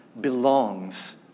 belongs